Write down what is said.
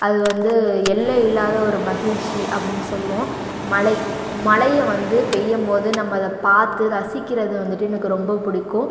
அது வந்து எல்லை இல்லாத ஒரு மகிழ்ச்சி அப்படின்னு சொல்லுவோம் மழை மழையை வந்து பெய்யும் போது நம்ம அதை பார்த்து ரசிக்கிறது வந்துட்டு எனக்கு ரொம்ப பிடிக்கும்